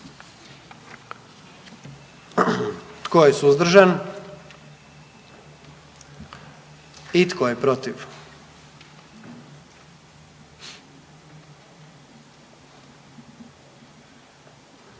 Tko je suzdržan? I tko je protiv?